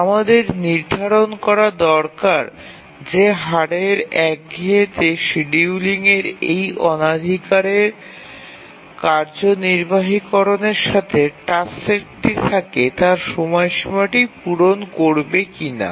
আমাদের নির্ধারণ করা দরকার যে শিডিউলিংয়ের এই অগ্রাধিকারের সাথে যে টাস্ক সেটটি থাকে তার সময়সীমাটি পূরণ হবে কিনা